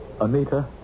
Anita